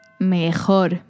Mejor